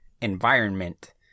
environment